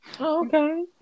Okay